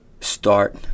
start